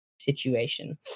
situation